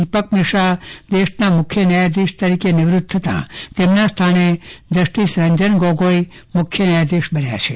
દીપક મિશ્રા દેશના મુખ્ય ન્યાયાધિશ તરીકે નિવૃત્ત થતા તેમના સ્થાને જસ્ટિસ રંજન ગોગોઈ દેશના મુખ્ય ન્યાયાધીશ બન્યા છે